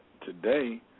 today